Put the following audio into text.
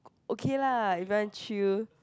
okay lah it very chill